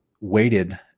waited